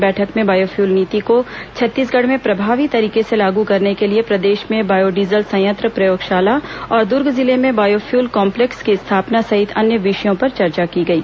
बैठक में बायोफ्यूल नीति को छत्तीसगढ़ में प्रभावी तरीके से लागू करने के लिए प्रदेश में बायोडीजल संयंत्र प्रयोगशाला और दुर्ग जिले में बायोफ्यूल कॉम्प्लेक्स की स्थापना सहित अन्य विषयों पर चर्चा की गई